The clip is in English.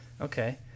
Okay